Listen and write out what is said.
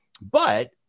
But-